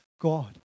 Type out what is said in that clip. God